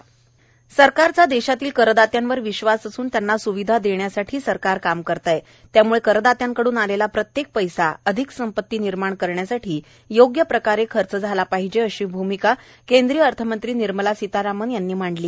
अर्थमंत्री मंबई सरकारचा देशातल्या करदात्यांवर विश्वास असून त्यांना स्विधा देण्यासाठी सरकार काम करत आहे त्यामुळे करदात्याकडून आलेला प्रत्येक पैसा अधिक संपती निर्माण करण्यासाठी योग्यप्रकारे खर्च झाला पाहिजे अशी भूमिका केंद्रीय अर्थमंत्री निर्मला सितारामन यांनी मांडली आहे